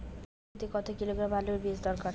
বিঘা প্রতি কত কিলোগ্রাম আলুর বীজ দরকার?